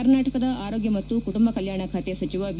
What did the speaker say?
ಕರ್ನಾಟಕದ ಆರೋಗ್ಯ ಮತ್ತು ಕುಟುಂಬ ಕಲ್ಯಾಣ ಖಾತೆ ಸಚಿವ ಬಿ